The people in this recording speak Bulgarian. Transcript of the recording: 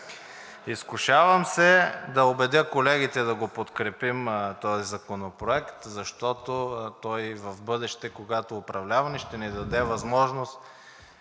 Изкушавам се да убедя колегите да подкрепим този законопроект, защото той и в бъдеще, когато управляваме, ще ни даде възможност